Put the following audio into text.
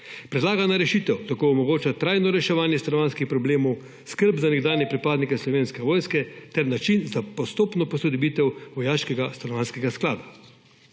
Predlagana rešitev tako omogoča trajno reševanje stanovanjskih problemov, skrb za nekdanje pripadnike Slovenske vojske ter način za postopno posodobitev vojaškega stanovanjskega sklada.